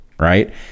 Right